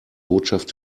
botschaft